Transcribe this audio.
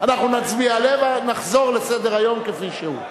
אנחנו נצביע עליה ונחזור לסדר-היום כפי שהוא,